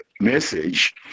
message